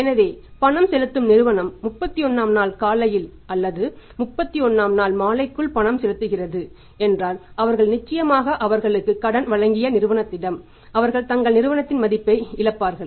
எனவே பணம் செலுத்தும் நிறுவனம் 31 ஆம் நாள் காலையில் அல்லது 31 ஆம் நாள் மாலைக்குள் பணம் செலுத்துகிறது என்றால் அவர்கள் நிச்சயமாக அவர்களுக்கு கடன் வழங்கிய நிறுவனத்திடம் அவர்கள் தங்கள் நிறுவனத்தின் மதிப்பை இழப்பார்கள்